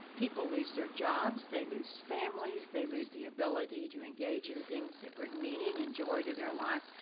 people lose their jobs, they lose families, they lose the ability to engage in things that bring meaning and joy to their life,